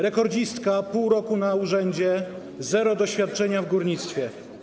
Rekordzistka - pół roku na stanowisku, zero doświadczenia w górnictwie.